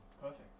perfect